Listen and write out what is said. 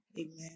Amen